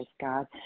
God